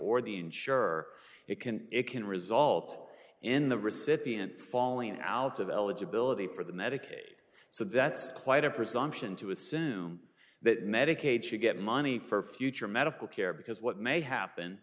or the insurer it can it can result in the recipient falling out of eligibility for the medicaid so that's quite a presumption to assume that medicaid should get money for future medical care because what may happen